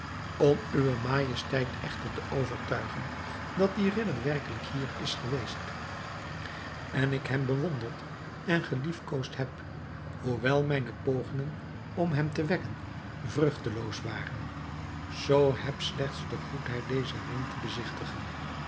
om uwe majesteit echter te overtuigen dat die ridder werkelijk hier is geweest en ik hem bewonderd en geliefkoosd heb hoewel mijne pogingen om hem te wekken vruchteloos waren zoo heb slechts de goedheid dezen ring te bezigtigen